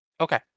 Okay